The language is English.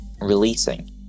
releasing